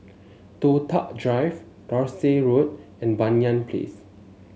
Toh Tuck Drive Dorset Road and Banyan Place